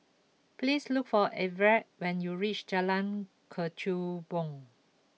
please look for Everet when you reach Jalan Kechubong